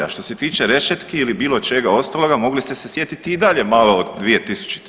A što se tiče rešetki ili bilo čega ostaloga mogli ste se sjetiti i dalje malo od 2000.